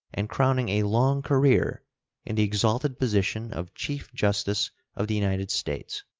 and crowning a long career in the exalted position of chief justice of the united states.